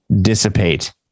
dissipate